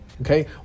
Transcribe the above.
okay